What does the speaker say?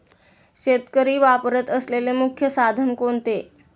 शेतकरी वापरत असलेले मुख्य साधन कोणते?